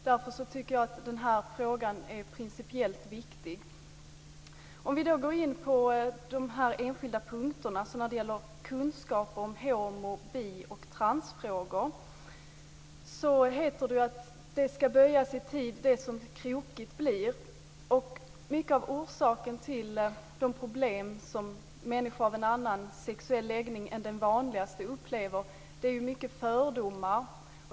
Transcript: Därför tycker jag att denna fråga är principiellt viktig. Jag går så in på de enskilda punkterna. När det gäller kunskap om homo-, bi och transfrågor heter det ju att det ska böjas i tid det som krokigt ska bli. Mycket av orsaken till de problem som människor med en annan sexuell läggning än den vanligaste upplever är fördomar.